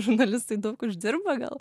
žurnalistai daug uždirba gal